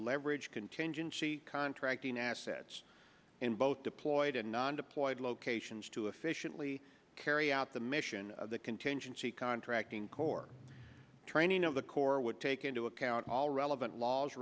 leverage contingency contracting assets in both deployed and non deployed locations to efficiently carry out the mission the contingency contracting core training of the corps would take into account all relevant laws